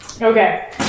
Okay